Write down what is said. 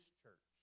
church